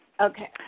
Okay